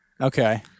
Okay